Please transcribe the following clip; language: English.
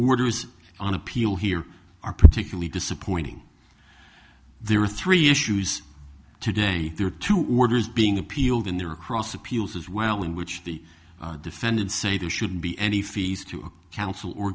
orders on appeal here are particularly disappointing there are three issues today there are two orders being appealed in there across appeals as well in which the defendants say there should be any fees to a council or